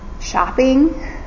shopping